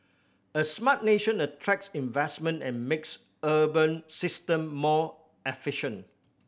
a smart nation attracts investment and makes urban system more efficient